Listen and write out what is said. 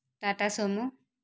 Tata Somu